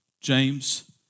James